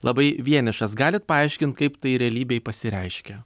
labai vienišas galit paaiškint kaip tai realybėj pasireiškia